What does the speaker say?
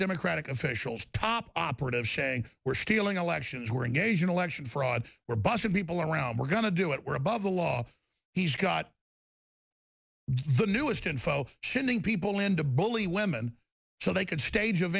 democratic officials top operatives shank were stealing elections were engaged in election fraud were busted people around we're going to do it we're above the law he's got the newest info chinning people into bully women so they could stage